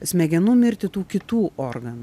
smegenų mirtį tų kitų organų